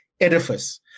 edifice